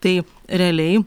tai realiai